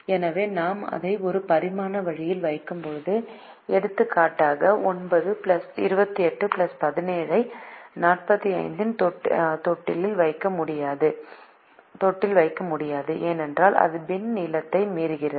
எனவே நான் அதை ஒரு பரிமாண வழியில் வைக்கும்போது எடுத்துக்காட்டாக 9 28 17 ஐ 45 இன் தொட்டியில் வைக்க முடியாது ஏனெனில் அது பின் நீளத்தை மீறுகிறது